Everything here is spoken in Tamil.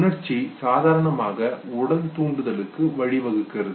உணர்ச்சி சாதாரணமாக உடல் தூண்டுதலுக்கு வழிவகுக்கிறது